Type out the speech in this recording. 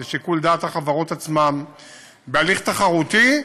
לשיקול דעת החברות עצמן בהליך תחרותי,